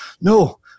no